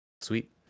sweet